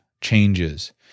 changes